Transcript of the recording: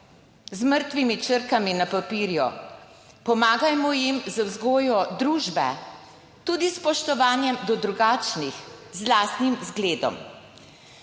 z mrtvimi črkami na papirju, pomagajmo jim z vzgojo družbe, tudi s spoštovanjem do drugačnih, z lastnim vzgledom.